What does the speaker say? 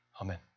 Amen